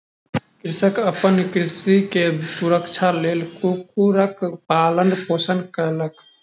कृषक अपन कृषि भूमि के सुरक्षाक लेल कुक्कुरक पालन पोषण कयलक